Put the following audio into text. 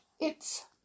It's